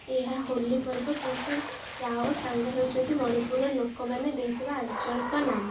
ଏହା ହୋଲି ପର୍ବ କିନ୍ତୁ ୟାଓସାଙ୍ଗ ହେଉଛି ମଣିପୁରର ଲୋକମାନେ ଦେଇଥିବା ଆଞ୍ଚଳିକ ନାମ